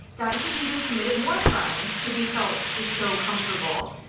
that he even committed more crimes, because he felt just so comfortable.